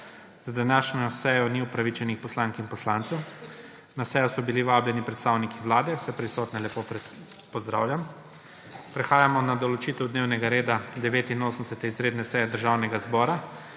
Za današnjo sejo ni opravičenih poslank in poslancev. Na sejo so bili vabljeni predstavniki Vlade. Vse prisotne lepo pozdravljam. Prehajamo na določitev dnevnega reda 89. izredne seje Državnega zbora.